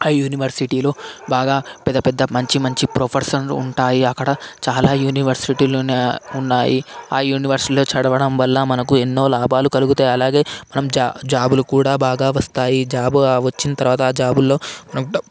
ఆ యూనివర్సిటీలు బాగా పెద్ద పెద్ద మంచి మంచి ప్రొఫెసర్లు ఉంటాయి అక్కడ చాలా యూనివర్సిటీలోనే ఉన్నాయి ఆ యూనివర్సిటీలో చదవడం వల్ల మనకు ఎన్నో లాభాలు కలుగుతాయి అలాగే మనం జాబ్ జాబులు కూడా బాగా వస్తాయి జాబ్ వచ్చిన తరువాత ఆ జాబుల్లో డబ్బులు